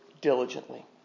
diligently